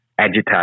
Agitate